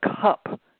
cup